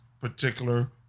particular